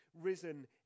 risen